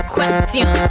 Question